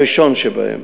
הראשון שבהם,